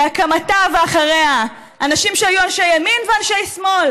בהקמתה ואחרי כן, אנשים שהיו אנשי ימין ואנשי שמאל